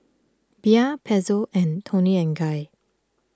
Bia Pezzo and Toni and Guy